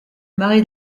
mari